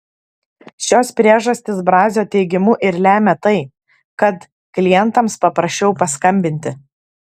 šios priežastys brazio teigimu ir lemia tai kad klientams paprasčiau paskambinti